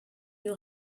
you